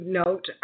note